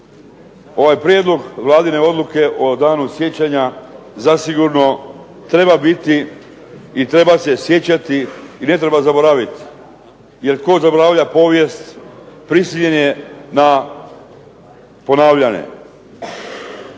ovaj Prijedlog Vladine odluke o danu sjećanja zasigurno treba biti i treba se sjećati i ne treba zaboraviti. Jer tko zaboravlja povijest prisiljen je na ponavljanje.